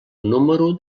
número